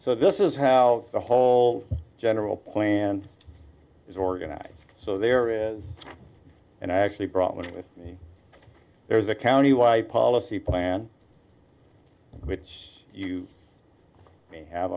so this is how the whole general plan is organized so there is and i actually brought with me there was a county wide policy plan which you may have